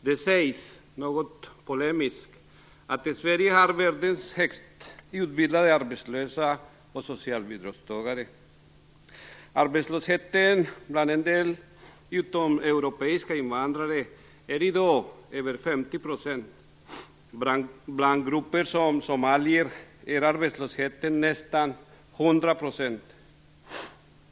Det sägs, något polemiskt, att Sverige har världens högst utbildade arbetslösa och socialbidragstagare. Arbetslösheten bland en del utomeuropeiska invandrare är i dag över 50 %. Bland grupper som algerier är arbetslösheten nästan 100 %.